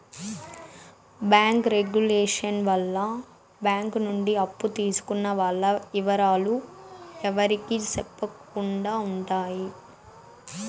bank regulation వల్ల bank నుండి అప్పు తీసుకున్న వాల్ల ఇవరాలు ఎవరికి సెప్పకుండా ఉంటాయి